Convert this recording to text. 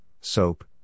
soap